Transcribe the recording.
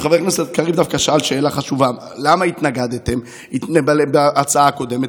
חבר הכנסת קריב דווקא שאל שאלה חשובה: למה התנגדתם להצעה הקודמת?